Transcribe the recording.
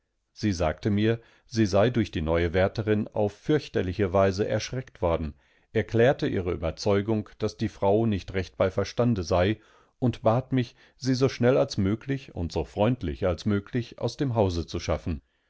sie sagte mir sie sei durch die neue wärterin auf fürchterliche weise erschreckt worden erklärte ihre überzeugung daß die frau nicht recht bei verstande sei und bat mich sie so schnell als möglich und so freundlich als möglich aus dem hause zu schaffen